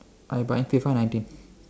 I buying FIFA nineteen